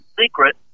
secret